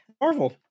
Marvel